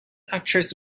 actress